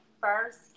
first